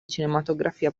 cinematografia